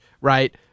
right